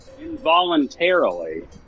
involuntarily